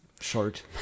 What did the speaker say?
Short